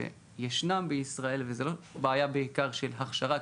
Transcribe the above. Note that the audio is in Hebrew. שישנם בישראל וזו לא בעיה בעיקר של הכשרה,